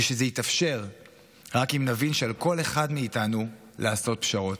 ושזה יתאפשר רק אם נבין שעל כל אחד מאיתנו לעשות פשרות.